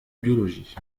biologie